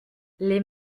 les